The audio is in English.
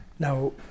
Now